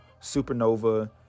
Supernova